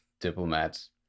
diplomats